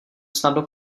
snadno